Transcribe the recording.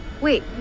Wait